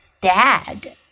dad